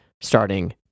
starting